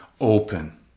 open